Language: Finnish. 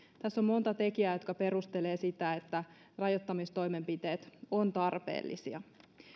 tässä on monta tekijää jotka perustelevat sitä että rajoittamistoimenpiteet ovat tarpeellisia